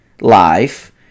life